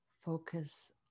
focus